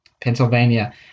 Pennsylvania